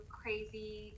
crazy